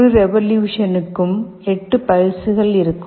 ஒரு ரெவொலுஷன்க்கும் 8 பல்ஸ்கள் இருக்கும்